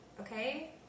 okay